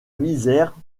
misère